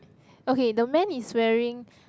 okay the man is wearing